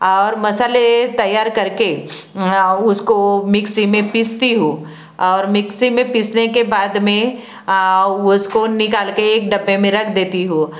और मसाले तैयार कर के उसको मिक्सी मे पीसती हूँ और मिक्सी में पीसने के बाद मैं उसको निकाल के एक डब्बे में रख देती हूँ